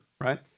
right